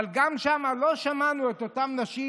אבל גם שם לא שמענו את אותן נשים,